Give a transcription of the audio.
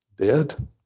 dead